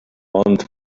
ond